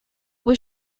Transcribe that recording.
was